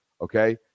okay